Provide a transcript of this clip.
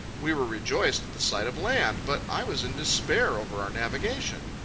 we were rejoiced at the sight of land, but i was in despair over our navigation.